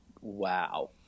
Wow